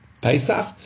Pesach